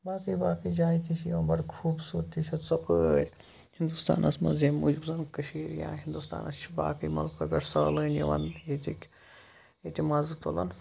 باقٕے باقٕے جایہِ تہِ چھِ یِوان بَڑٕ خوٗبصوٗرتی چھےٚ ژۄپٲرۍ ہِندُستانَس منٛز ییٚمہِ موٗجوٗب زَن کٔشیٖر یا ہِندُستانَس چھِ باقٕے مٕلکو پٮ۪ٹھ سٲلٲنۍ یِوان تہٕ ییٚتٕکۍ ییٚتہِ مَزٕ تُلان